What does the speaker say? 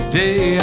day